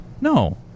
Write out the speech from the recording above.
No